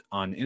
on